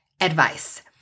advice